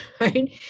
right